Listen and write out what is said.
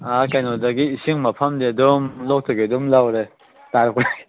ꯑꯥ ꯀꯩꯅꯣꯗꯒꯤ ꯏꯁꯤꯡ ꯃꯐꯝꯗꯤ ꯑꯗꯨꯝ ꯂꯣꯛꯇꯒꯤ ꯑꯗꯨꯝ ꯂꯧꯔꯦ ꯇꯥꯔꯛꯄꯒꯤ